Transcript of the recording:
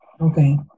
Okay